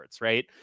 right